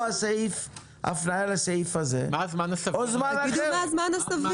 או הפניה לסעיף הזה או זמן אחר.